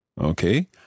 Okay